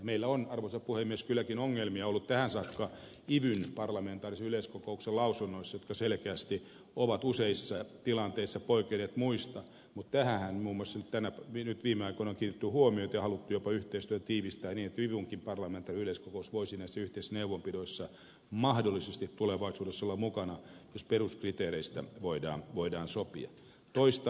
meillä on arvoisa puhemies kylläkin ollut ongelmia tähän saakka ivyn parlamentaarisen yleiskokouksen lausunnoissa jotka selkeästi ovat useissa tilanteissa poikenneet muista mutta tähänhän muun muassa nyt viime aikoina on kiinnitetty huomiota ja haluttu jopa yhteistyötä tiivistää niin että ivynkin parlamentaarinen yleiskokous voisi näissä yhteisissä neuvonpidoissa mahdollisesti tulevaisuudessa olla mukana jos peruskriteereistä voidaan sopia toistan